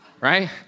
right